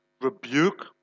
rebuke